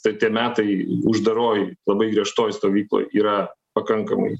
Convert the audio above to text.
treti metai uždaroj labai griežtoj stovykloj yra pakankamai